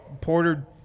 Porter